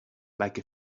like